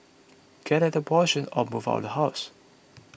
get an abortion or move out the house